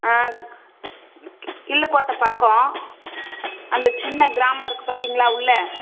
ஆ கிள்ளுக்கோட்டை பக்கம் அந்த சின்ன கிராமம் இருக்குது பார்த்தீங்களா உள்ளே